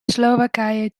slowakije